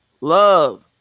Love